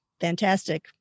fantastic